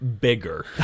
bigger